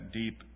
deep